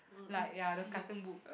like ya the cartoon book